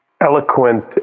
eloquent